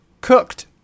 Cooked